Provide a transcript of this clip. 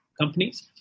companies